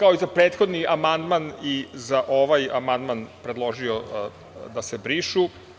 Kao i za prethodni amandman i za ovaj amandman sam predložio da se briše.